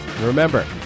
Remember